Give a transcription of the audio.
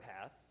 path